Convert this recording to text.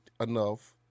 enough